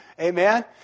amen